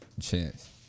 chance